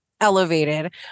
elevated